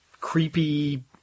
creepy